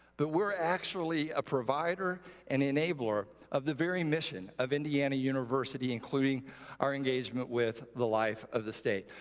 but we're actually a provider and enabler of the very mission of indiana university, including our engagement with the life of the state.